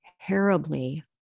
terribly